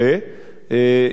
אי-אפשר להגיד,